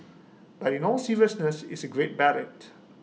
but in all seriousness it's A great ballad